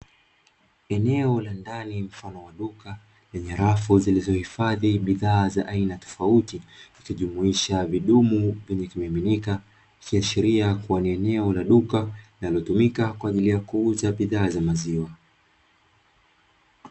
Eneo la ndani mfano wa duka lenye rafu zilizohifadhi bidhaa za aina tofauti vikijumuisha vidumu vyenye kimiminika, ikiashiria kuwa ni eneo lenye duka linalotumika kwaajili ya kuuza bidhaa za maziwa.